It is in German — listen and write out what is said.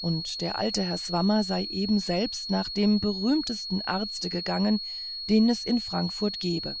werde der alte herr swammer sei eben selbst nach dem berühmtesten arzt gegangen den es in frankfurt gebe